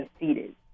defeated